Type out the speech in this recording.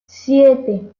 siete